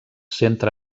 centre